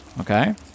Okay